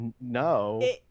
no